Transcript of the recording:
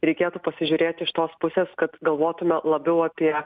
reikėtų pasižiūrėti iš tos pusės kad galvotume labiau apie